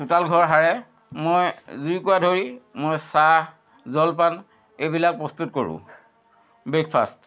চোতাল ঘৰ সাৰে মই জুইকুৰা ধৰি মই চাহ জলপান এইবিলাক প্ৰস্তুত কৰোঁ বেকফাষ্ট